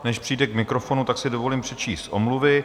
Než přijde k mikrofonu, tak si dovolím přečíst omluvy.